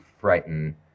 frighten